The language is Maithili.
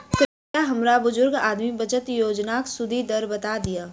कृपया हमरा बुजुर्ग आदमी बचत योजनाक सुदि दर बता दियऽ